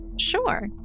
Sure